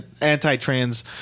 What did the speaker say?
anti-trans